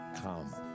Come